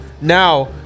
now